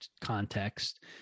context